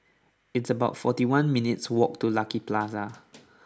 it's about forty one minutes' walk to Lucky Plaza